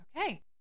Okay